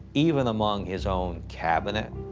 even among his own cabinet.